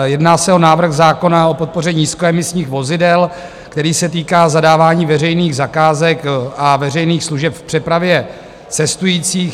Jedná se o návrh zákona o podpoře nízkoemisních vozidel, který se týká zadávání veřejných zakázek a veřejných služeb v přepravě cestujících.